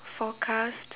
forecast